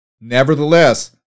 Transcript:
Nevertheless